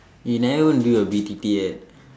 you never even do your B_T_T yet